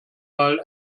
mal